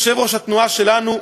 יושב-ראש התנועה שלנו,